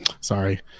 sorry